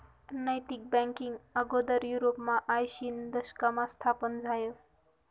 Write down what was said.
नैतिक बँकींग आगोदर युरोपमा आयशीना दशकमा स्थापन झायं